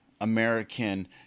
American